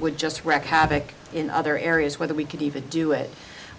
would just wreck havoc in other areas whether we could even do it